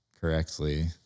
correctly